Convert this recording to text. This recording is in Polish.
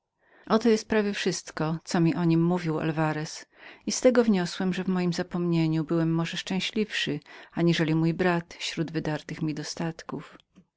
rozkosze oto jest prawie wszystko co mi o nim mówił alwarez i z tego wniosłem że w mojem zapomnieniu może byłem szczęśliwszym aniżeli mój brat śród wydartych